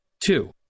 Two